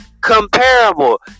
comparable